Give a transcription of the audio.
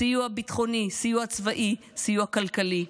סיוע ביטחוני, סיוע צבאי, סיוע כלכלי,